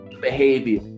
behavior